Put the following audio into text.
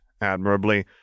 admirably